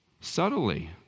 Subtly